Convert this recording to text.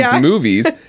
movies